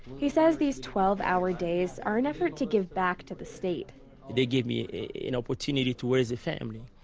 he says these twelve hour days are an effort to give back to the state they gave me an you know opportunity to raise a family.